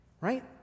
Right